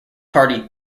party